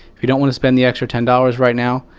if you don't want to spend the extra ten dollars right now,